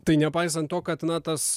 tai nepaisant to kad na tas